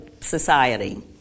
society